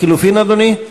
לחלופין, אדוני?